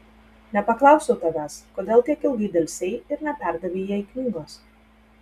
nepaklausiau tavęs kodėl tiek ilgai delsei ir neperdavei jai knygos